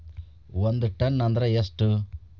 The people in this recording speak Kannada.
ಒಂದ್ ಟನ್ ಅಂದ್ರ ಎಷ್ಟ?